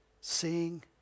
seeing